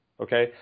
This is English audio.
Okay